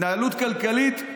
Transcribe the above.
התנהלות כלכלית,